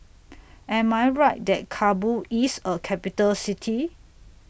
Am I Right that Kabul IS A Capital City